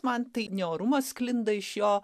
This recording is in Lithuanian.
man tai ne orumas sklinda iš jo